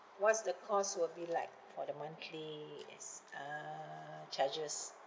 what's the cost will be like for the monthly s~ uh charges